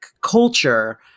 culture